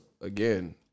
again